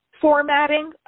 formatting